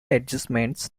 adjustments